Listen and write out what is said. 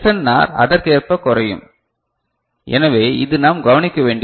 R அதற்கேற்ப குறையும் எனவே இது நாம் கவனிக்க வேண்டிய ஒன்று